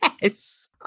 yes